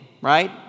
right